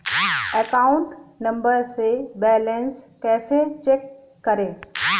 Account number से balance कैसे check करें?